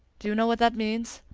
do you know what that means?